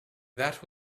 that